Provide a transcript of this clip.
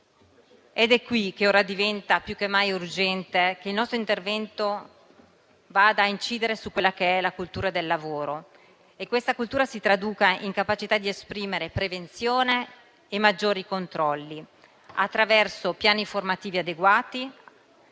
È qui che diventa più che mai urgente che il nostro intervento vada a incidere sulla cultura del lavoro, affinché essa si traduca in capacità di esprimere prevenzione e maggiori controlli, attraverso piani formativi adeguati,